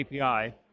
API